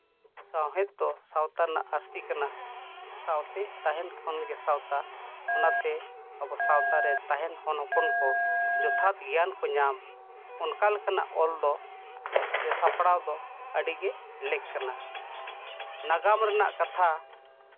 ᱥᱟᱶᱦᱮᱫ ᱫᱚ ᱥᱟᱶᱛᱟ ᱨᱮᱱᱟᱜ ᱟᱹᱨᱤ ᱠᱟᱱᱟ ᱥᱟᱶᱛᱮ ᱛᱟᱦᱮᱱ ᱠᱷᱚᱱ ᱜᱮ ᱥᱟᱶᱛᱟ ᱚᱱᱟᱛᱮ ᱟᱵᱚ ᱥᱟᱶᱛᱟ ᱨᱮ ᱛᱟᱦᱮᱱ ᱦᱚᱱ ᱦᱚᱯᱚᱱ ᱠᱚ ᱡᱚᱛᱷᱟᱛ ᱜᱮᱭᱟᱱ ᱠᱚ ᱧᱟᱢ ᱚᱱᱠᱟᱱ ᱚᱞ ᱫᱚ ᱥᱮ ᱥᱟᱯᱲᱟᱣ ᱫᱚ ᱟᱹᱰᱤᱜᱮ ᱞᱮᱠ ᱠᱟᱱᱟ ᱱᱟᱜᱟᱢ ᱨᱮᱱᱟᱜ ᱠᱟᱛᱷᱟ